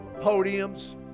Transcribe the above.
podiums